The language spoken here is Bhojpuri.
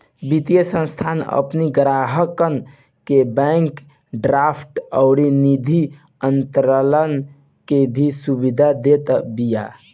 वित्तीय संस्थान अपनी ग्राहकन के बैंक ड्राफ्ट अउरी निधि अंतरण के भी सुविधा देत बिया